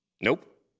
Nope